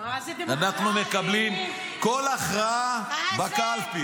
כל הכרעה בקלפי.